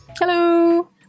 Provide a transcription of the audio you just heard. Hello